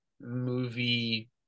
movie